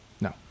No